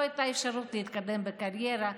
לא הייתה אפשרות להתקדם בקריירה,